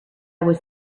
was